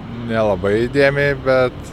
nelabai įdėmiai bet